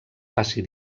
faci